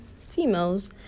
females